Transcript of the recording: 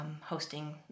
hosting